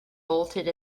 bolted